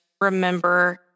remember